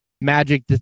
magic